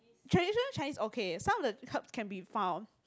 tradition Chinese okay some of the herbs can be found